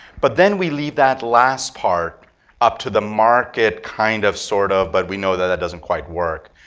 but then, we leave that last part up to the market kind of sort of, but we know that that doesn't quite work.